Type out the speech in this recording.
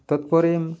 ତା'ପରେ